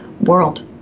world